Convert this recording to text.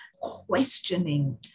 questioning